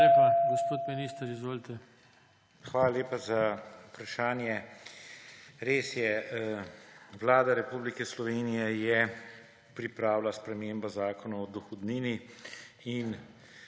Hvala lepa. Gospod minister, izvolite. MAG. ANDREJ ŠIRCELJ: Hvala lepa za vprašanje. Res je, Vlada Republike Slovenije je pripravila spremembo Zakona o dohodnini in